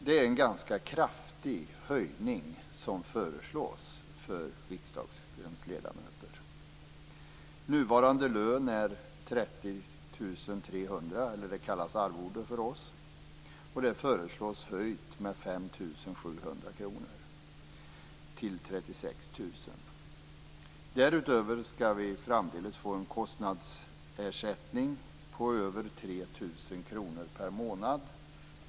Det är en ganska kraftig höjning som föreslås för riksdagens ledamöter. Nuvarande arvode är 36 000 kr. Därutöver skall vi framdeles få en kostnadsersättning på över 3 000 kr per månad.